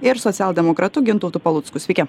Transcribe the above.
ir socialdemokratu gintautu palucku sveiki